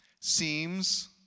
seems